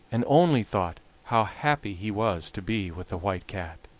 and only thought how happy he was to be with the white cat!